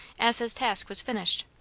as his task was finished.